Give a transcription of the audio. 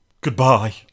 goodbye